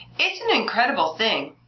it's an incredible thing.